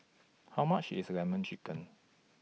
How much IS Lemon Chicken